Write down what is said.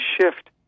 shift